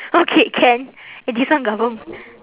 okay can eh this one confirm